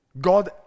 God